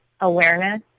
awareness